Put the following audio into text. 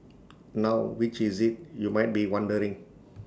now which is IT you might be wondering